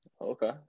Okay